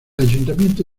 ayuntamiento